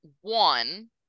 one